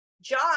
John